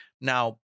Now